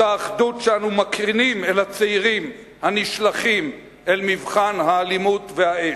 אותה אחדות שאנו מקרינים אל הצעירים הנשלחים אל מבחן האלימות והאש.